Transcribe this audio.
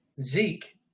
Zeke